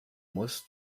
muss